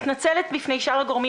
הנוער, האאוטריץ' לבני הנוער.